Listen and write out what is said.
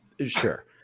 Sure